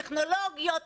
טכנולוגיות,